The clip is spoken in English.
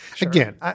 again